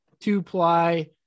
two-ply